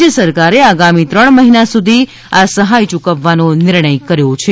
રાજ્ય સરકારે આગામી ત્રણ મહિના સુધી આ સહાય યૂકવવાનો નિર્ણય કર્યો છે